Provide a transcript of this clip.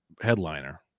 headliner